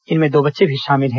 इनमें दो बच्चे भी शामिल हैं